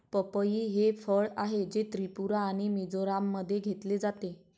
पपई हे फळ आहे, जे त्रिपुरा आणि मिझोराममध्ये घेतले जाते